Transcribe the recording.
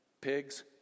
pigs